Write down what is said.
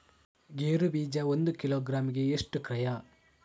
ಗೇರು ಬೀಜ ಒಂದು ಕಿಲೋಗ್ರಾಂ ಗೆ ಎಷ್ಟು ಕ್ರಯ?